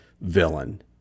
villain